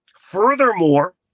Furthermore